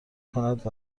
کند